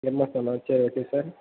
M S தானா சரி okay sir